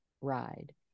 ride